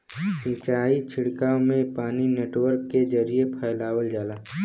सिंचाई छिड़काव में पानी नेटवर्क के जरिये फैलावल जाला